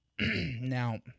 now